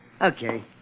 Okay